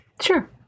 Sure